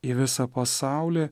į visą pasaulį